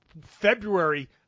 February